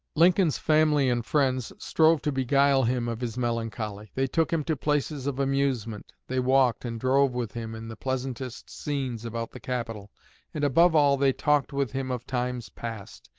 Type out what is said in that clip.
lincoln's family and friends strove to beguile him of his melancholy. they took him to places of amusement they walked and drove with him in the pleasantest scenes about the capital and above all, they talked with him of times past,